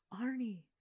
Arnie